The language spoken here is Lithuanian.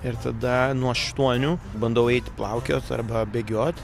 ir tada nuo aštuonių bandau eiti plaukiot arba bėgiot